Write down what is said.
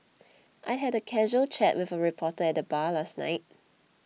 I had a casual chat with a reporter at the bar last night